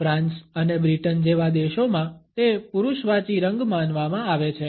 France અને Britain જેવા દેશોમાં તે પુરૂષવાચી રંગ માનવામાં આવે છે